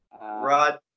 Rod